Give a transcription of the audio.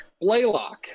Blaylock